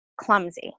clumsy